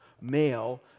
male